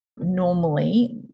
Normally